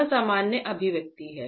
यह सामान्य अभिव्यक्ति है